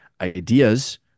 ideas